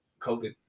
COVID